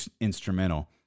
instrumental